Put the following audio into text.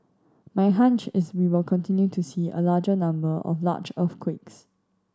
my hunch is we will continue to see a larger number of large earthquakes